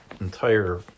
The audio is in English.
entire